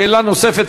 שאלה נוספת,